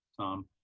tom